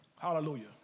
Hallelujah